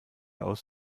aus